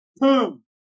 boom